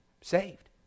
saved